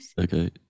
Okay